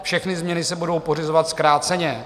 Všechny změny se budou pořizovat zkráceně.